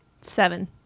Seven